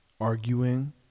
arguing